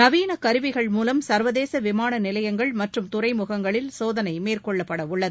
நவீன கருவிகள் மூலம் சர்வதேச விமாள நிலையங்கள் மற்றும் துறைமுகங்களில் சோதனை மேற்கொள்ளப்பட உள்ளது